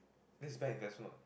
that is bad investment